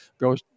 goes